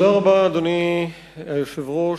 אדוני היושב-ראש,